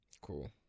Cool